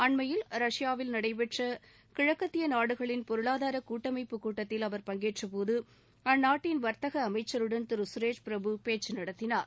அண்மையில் ரஷ்யாவில் நடைபெற்ற கிழக்கத்திய நாடுகளின் பொருளாதார கூட்டமைப்பு கூட்டத்தில் அவர் பங்கேற்றபோது அந்நாட்டின் வர்த்தக அமைச்சருடன் திரு சுரேஷ்பிரபு பேச்சு நடத்தினார்